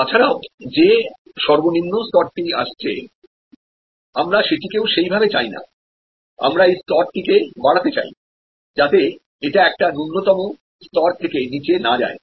তাছাড়াও যে সর্বনিম্ন স্তরটি আসছে আমরা সেটিকেও সেই ভাবে চাইনা আমরা এই স্তরটিকে বাড়াতে চাই যাতে এটা একটা ন্যূনতম স্তর থেকে নীচে না যায়